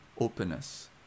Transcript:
openness